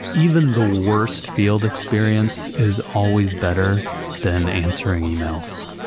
even the worst field experience is always better than answering emails.